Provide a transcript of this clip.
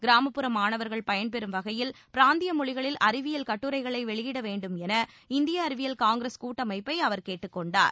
கிராமப்புற மாணவர்கள் பயன்பெறும்வகையில் பிராந்திய மொழிகளில் அறிவியல் கட்டுரைகளை வெளியிட வேண்டும் என இந்திய அறிவியல் காங்கிரஸ் கூட்டமைப்பை அவர் கேட்டுக் கொண்டார்